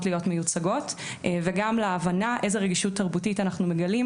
להיות מיוצגות וגם להבנה איזה רגישות תרבותית אנחנו מגלים,